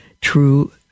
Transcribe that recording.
true